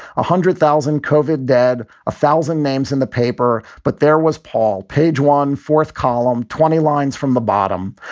hundred thousand covered dead, a thousand names in the paper. but there was paul page one fourth column, twenty lines from the bottom,